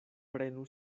prenu